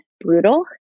brutal